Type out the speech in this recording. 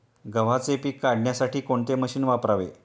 गव्हाचे पीक काढण्यासाठी कोणते मशीन वापरावे?